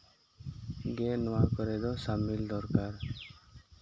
ᱜᱮ ᱱᱚᱣᱟ ᱠᱚᱨᱮ ᱫᱚ ᱥᱟᱹᱢᱤᱞ ᱫᱚᱨᱠᱟᱨ